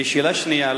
ושאלה שנייה,